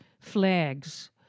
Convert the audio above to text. flags